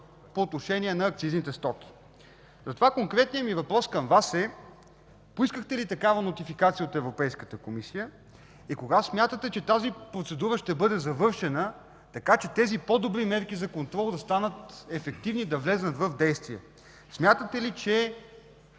по отношение на акцизните стоки. Затова конкретният ми въпрос към Вас е: поискахте ли такава нотификация от Европейската комисия? Кога смятате, че тази процедура ще бъде завършена, така че тези по-добри мерки за контрол, да станат ефективни, да влязат в действие? Смятате ли, че